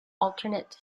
alternate